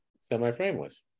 semi-frameless